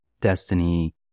Destiny